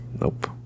Nope